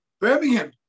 Birmingham